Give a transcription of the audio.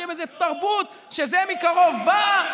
בשם איזו תרבות שזה מקרוב באה?